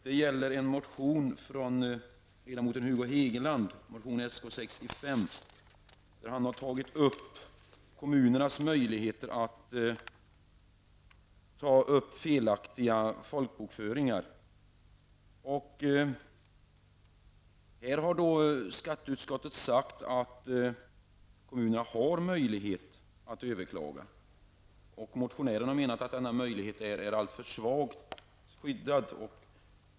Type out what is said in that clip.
Det gäller en motion väckt av ledamoten Hugo Hegeland, motion Sk65. Han har där tagit upp kommunernas möjligheter att överklaga felaktiga folkbokföringar. Här har skatteutskottet sagt att kommunerna har möjlighet att överklaga. Motionären menar att denna möjlighet är alltför svag och skyddad.